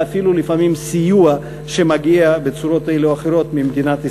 ואפילו לפעמים סיוע שמגיע בצורות אלה או אחרות ממדינת ישראל.